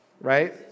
Right